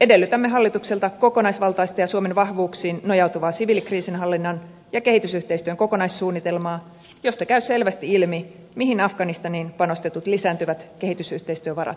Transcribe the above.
edellytämme hallitukselta kokonaisvaltaista ja suomen vahvuuksiin nojautuvaa siviilikriisinhallinnan ja kehitysyhteistyön kokonaissuunnitelmaa josta käy selvästi ilmi mihin afganistaniin panostetut lisääntyvät kehitysyhteistyövarat kohdistetaan